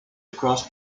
across